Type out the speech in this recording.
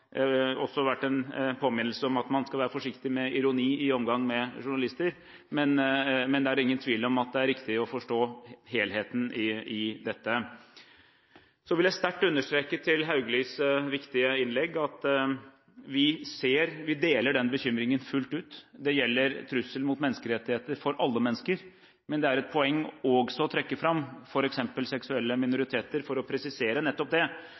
også vært en påminnelse om at man skal være forsiktig med ironi i omgang med journalister, men det er ingen tvil om at det er riktig å forstå helheten i dette. Så vil jeg sterkt understreke til Hauglis viktige innlegg at vi deler den bekymringen fullt ut. Det gjelder trusselen mot menneskerettigheter for alle mennesker, men det er et poeng også å trekke fram f.eks. seksuelle minoriteter for å presisere nettopp det.